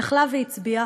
יכלה והצביעה,